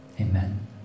Amen